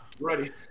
Ready